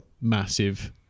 massive